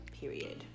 Period